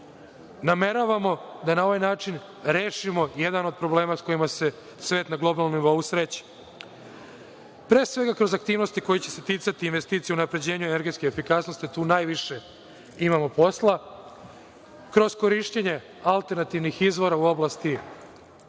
nameravamo da na ovaj način rešimo jedan od problema s kojima se svet na globalnom nivou sreće. Pre svega kroz aktivnosti koje će se ticati investicija u unapređenju energetske efikasnosti, a tu najviše imamo posla, kroz korišćenje alternativnih izvora u oblasti